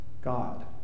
God